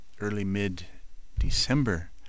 early-mid-December